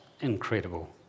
incredible